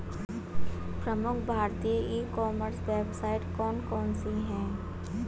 प्रमुख भारतीय e commerce website कौन कौन सी हैं?